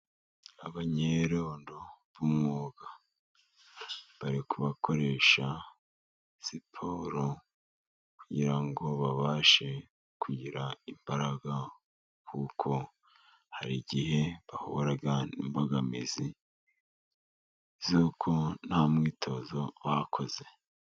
Abanyerondo b'umwuga bari kubakoresha siporo kugirango ngo babashe kugira imbaraga, kuko hari igihe bahura n'ibogamizi z'uko nta mwitozo bakoze.